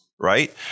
right